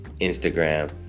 Instagram